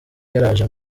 yaraje